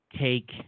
take